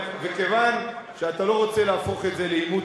ומכיוון שאתה לא רוצה להפוך את זה לעימות